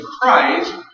Christ